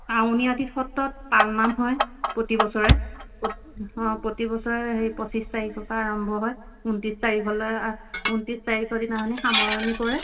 আউনীআটী সত্ৰত পাল নাম হয় প্ৰতিবছৰে অঁ প্ৰতিবছৰে হেৰি পঁচিছ তাৰিখৰপা আৰম্ভ হয় ঊনত্ৰিছ তাৰিখলৈ ঊনত্ৰিছ তাৰিখৰ দিনাখন সামৰণি পৰে